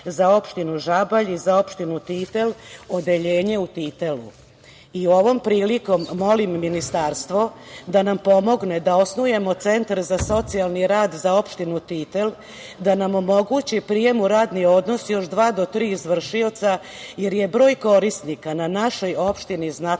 za opštinu Žabalj i opštinu Titel odeljenje u Titelu. Ovom priliko molim ministarstvo da nam pomogne da osnujemo centar za socijalni rad za opštinu Titel, da nam omogući prijem u radni odnos još dva do tri izvršioca, jer je broj korisnika na našoj opštini znatno